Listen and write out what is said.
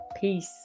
Peace